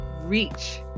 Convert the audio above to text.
reach